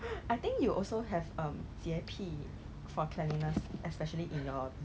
我我妈妈去拿 liao !wah! 里面的东西很好 eh